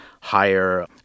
higher